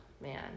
man